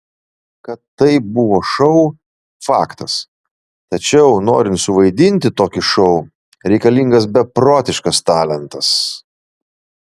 kad tai buvo šou faktas tačiau norint suvaidinti tokį šou reikalingas beprotiškas talentas